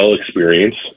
experience